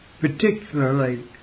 particularly